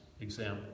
example